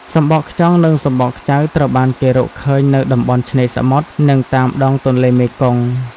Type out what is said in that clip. សំបកខ្យង និងសំបកខ្ចៅត្រូវបានគេរកឃើញនៅតំបន់ឆ្នេរសមុទ្រ និងតាមដងទន្លេមេគង្គ។